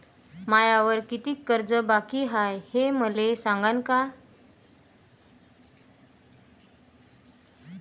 मायावर कितीक कर्ज बाकी हाय, हे मले सांगान का?